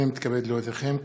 הנני מתכבד להודיעכם,